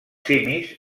simis